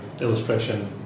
illustration